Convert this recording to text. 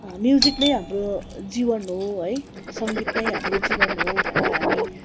music नै हाम्रो जीवन हो है सङ्गीत नै हाम्रो जीवन हो भनेर हामी